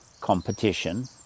competition